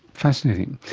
fascinating.